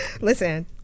Listen